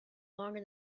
longer